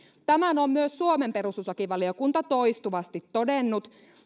tämän on myös suomen perustuslakivaliokunta toistuvasti todennut